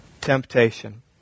temptation